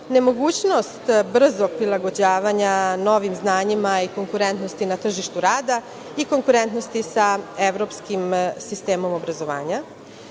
nemogućnost brzog prilagođavanja novim znanjima i konkurentnosti na tržištu rada i konkurentnosti sa evropskim sistemom obrazovanja. Smatramo